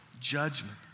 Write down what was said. judgment